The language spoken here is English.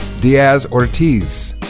Diaz-Ortiz